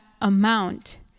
amount